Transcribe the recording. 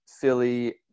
Philly